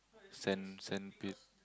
sand sand pit